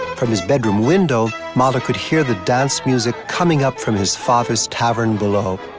from his bedroom window, mahler could hear the dance music coming up from his father's tavern below.